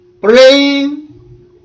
Praying